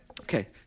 Okay